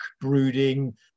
brooding